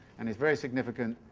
and is very significant,